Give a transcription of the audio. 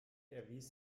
erwies